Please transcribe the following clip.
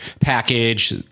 package